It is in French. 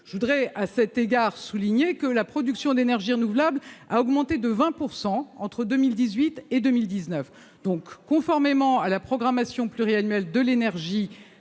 Je voudrais à cet égard souligner que la production d'énergies renouvelables a augmenté de 20 % entre 2018 et 2019. Conformément à la programmation pluriannuelle de l'énergie,